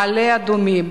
מעלה-אדומים,